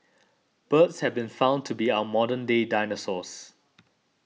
birds have been found to be our modern day dinosaurs